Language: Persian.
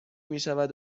میشود